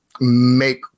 make